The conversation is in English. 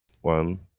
One